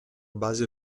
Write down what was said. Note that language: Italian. base